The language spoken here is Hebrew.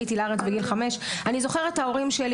עליתי לארץ בגיל 5. אני זוכרת א ההורים שלי